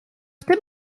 tym